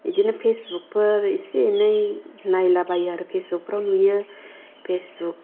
बिदिनो फेसबुकफोर एसे एनै नायला बायो आरो फेसबुकफ्राव नुयो फेसबुक